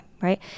right